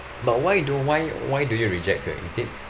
but why though why why do you reject her is it